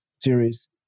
series